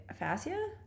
aphasia